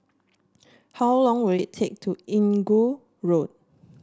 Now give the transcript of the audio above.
how long will it take to Inggu Road